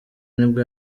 nibwo